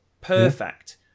perfect